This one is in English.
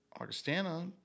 Augustana